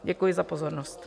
Děkuji za pozornost.